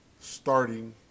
starting